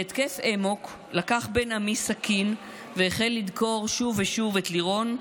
בהתקף אמוק לקח בן עמי סכין והחל לדקור שוב ושוב את לירון,